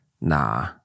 Nah